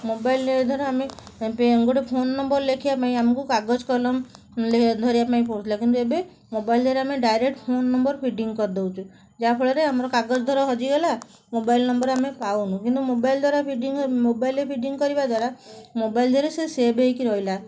ମୋବାଇଲରେ ଧର ଆମେ ଗୋଟେ ଫୋନ ନମ୍ବର ଲେଖିବା ପାଇଁ ଆମକୁ କାଗଜ କଲମ ଧରିବା ପାଇଁ ପଡ଼ୁଥିଲା କିନ୍ତୁ ଏବେ ମୋବାଇଲ ଦେହରେ ଆମେ ଡାଇରେକ୍ଟ ଫୋନ ନମ୍ବର ଫିଡ଼ିଙ୍ଗ କରି ଦେଉଛୁ ଯାହାଫଳରେ ଆମର କାଗଜ ଧର ହଜିଗଲା ମୋବାଇଲ ନମ୍ବର ଆମେ ପାଉନୁ କିନ୍ତୁ ମୋବାଇଲ ଦ୍ଵାରା ଫିଡ଼ିଙ୍ଗ ହେ ମୋବାଇଲରେ ଫିଡ଼ିଙ୍ଗ କରିବା ଦ୍ଵାରା ମୋବାଇଲ ଦେହରେ ସେ ସେଭ୍ ହେଇକି ରହିଲା